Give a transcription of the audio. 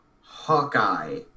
Hawkeye